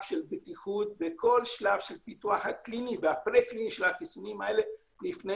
של בטיחות וכל שלב של הפיתוח הקליני והפרה-קליני של החיסונים האלה לפני